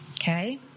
Okay